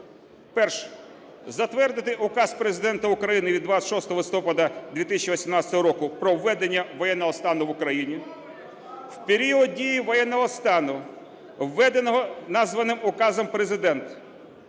1. Затвердити Указ Президента України від 26 листопада 2018 року "Про введення воєнного стану в Україні". В період дії воєнного стану, введеного названим Указом Президента,